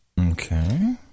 Okay